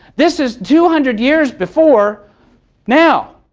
this is two hundred years before now.